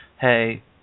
hey